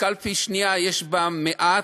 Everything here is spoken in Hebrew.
וקלפי שנייה יש בה מעט,